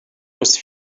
was